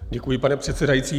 Děkuji, pane předsedající.